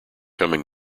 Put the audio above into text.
coming